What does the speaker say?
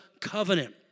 covenant